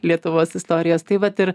lietuvos istorijos tai vat ir